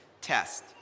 test